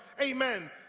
amen